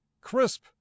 crisp